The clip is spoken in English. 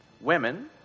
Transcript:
Women